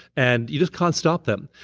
and you just can't stop them.